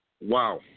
wow